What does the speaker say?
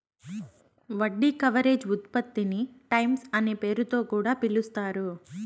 వడ్డీ కవరేజ్ ఉత్పత్తిని టైమ్స్ అనే పేరుతొ కూడా పిలుస్తారు